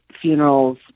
funerals